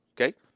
Okay